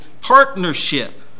partnership